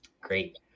Great